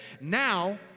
now